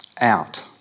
out